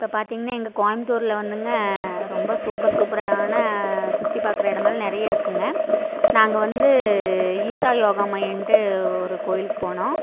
இப்போ பார்த்தீங்னா எங்கள் கோயம்புத்தூர்ல வந்துங்க ரொம்ப சூப்பர் சூப்பரான சுற்றி பாக்கிற இடமெல்லாம் நிறைய இருக்குங்க நாங்கள் வந்து ஈசா யோகா மையம்ன்ட்டு ஒரு கோவிலுக்கு போனோம்